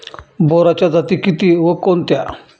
बोराच्या जाती किती व कोणत्या?